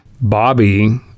Bobby